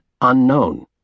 unknown